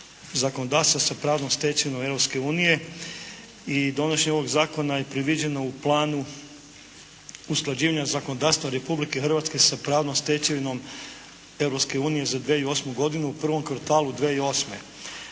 zakonodavstva sa pravnom stečevinom Europske unije i donošenjem ovog zakonom je predviđeno u Planu usklađivanja zakonodavstva Republike Hrvatske sa pravnom stečevinom Europske unije za 2008. godinu u prvom kvartalu 2008. Očito